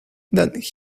that